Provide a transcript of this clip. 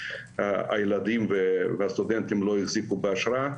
הילדים והסטודנטים לא החזיקו באשרה.